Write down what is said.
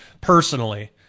personally